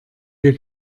wir